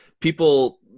people